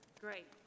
great